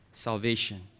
Salvation